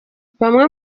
bamwe